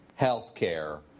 healthcare